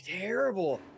terrible